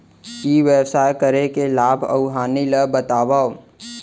ई व्यवसाय करे के लाभ अऊ हानि ला बतावव?